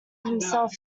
himself